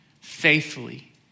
faithfully